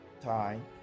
time